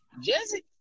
Jesse